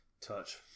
Touch